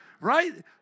Right